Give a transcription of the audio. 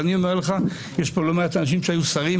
יש פה לא מעט אנשים שהיו שרים,